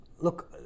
Look